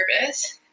nervous